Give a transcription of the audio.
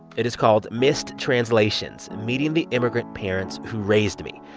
it is called missed translations meeting the immigrant parents who raised me.